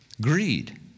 Greed